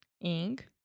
ink